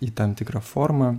į tam tikrą formą